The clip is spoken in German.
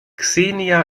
xenia